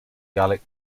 gallic